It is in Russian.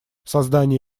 создание